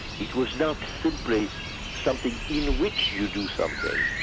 it was not simply something in which you do something,